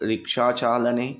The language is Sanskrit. रिक्षाचालने